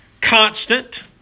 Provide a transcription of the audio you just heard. Constant